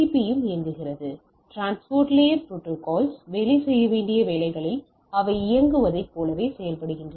B யும் இயங்குகிறது transport layer protocols வேலை செய்ய வேண்டிய வேலைகளில் அவை இயங்குவதைப் போலவே செயல்படுகின்றன